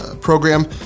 program